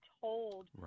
told